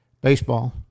Baseball